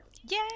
Yay